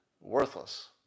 worthless